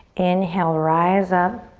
inhale, rise up.